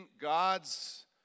God's